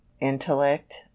intellect